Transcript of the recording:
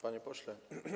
Panie Pośle!